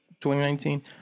2019